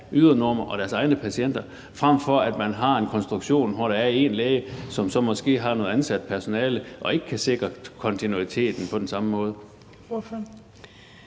ydernummer og deres egne patienter, frem for at man har en konstruktion, hvor der er én læge, som så måske har noget ansat personale og ikke kan sikre kontinuiteten på den samme måde?